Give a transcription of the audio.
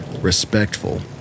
respectful